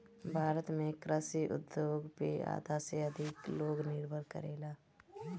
भारत में कृषि उद्योग पे आधा से अधिक लोग निर्भर करेला